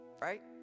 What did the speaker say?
right